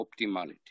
optimality